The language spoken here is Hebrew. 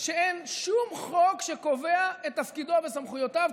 שאין שום חוק שקובע את תפקידו וסמכויותיו,